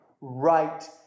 right